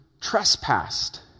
trespassed